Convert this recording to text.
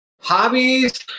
Hobbies